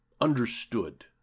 understood